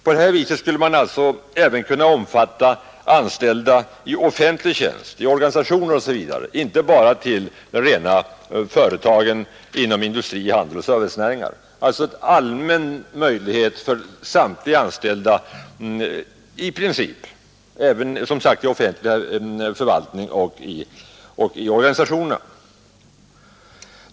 På detta sätt skulle man även kunna omfatta anställda i offentlig tjänst, i organisationer osv. och inte bara företag inom industri, handel och servicenäringar. Det bleve alltså en intressant sparmöjlighet för i princip samtliga anställda.